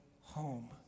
home